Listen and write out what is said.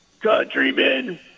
countrymen